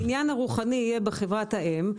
הקניין הרוחני יהיה בחברת האם.